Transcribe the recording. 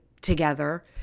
together